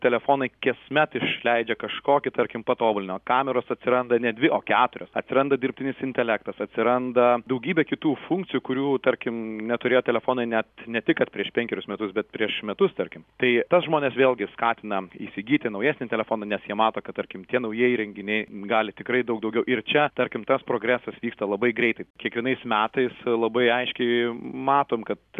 telefonai kasmet išleidžia kažkokį tarkim patobulinimą kameros atsiranda ne dvi o keturios atsiranda dirbtinis intelektas atsiranda daugybė kitų funkcijų kurių tarkim neturėjo telefonai net ne tik kad prieš penkerius metus bet prieš metus tarkim tai tas žmones vėlgi skatina įsigyti naujesnį telefoną nes jie mato kad tarkim tie naujieji įrenginiai gali tikrai daug daugiau ir čia tarkim tas progresas vyksta labai greitai kiekvienais metais labai aiškiai matom kad